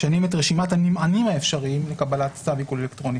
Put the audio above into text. משנים את רשימת הנמענים האפשריים לקבלת כתב עיקול אלקטרוני.